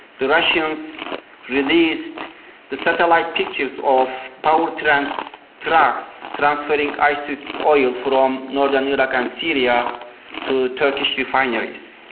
the russians released the satellite pictures of power trans trucks transferring isis oil from northern iraq and syria to turkish refineries